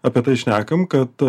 apie tai šnekam kad